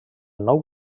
nou